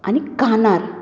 आनी कानार